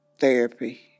therapy